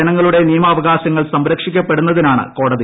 ജനങ്ങളുടെ നിയമാവകാശങ്ങൾ സംരക്ഷിക്കപ്പെടുന്നതിനാണ് കോടതി